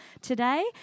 today